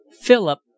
Philip